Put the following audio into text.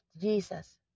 jesus